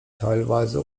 teilweise